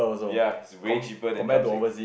ya it's way cheaper than drumstick